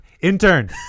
Intern